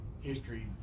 history